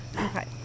Okay